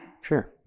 sure